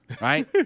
right